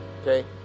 Okay